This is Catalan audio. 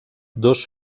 dos